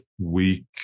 week